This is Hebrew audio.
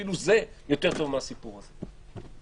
אפילו זה יותר טוב מהסיפור הזה,